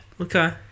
Okay